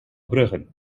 bruggen